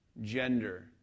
gender